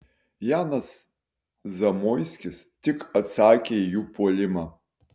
janas zamoiskis tik atsakė į jų puolimą